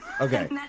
Okay